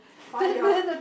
fire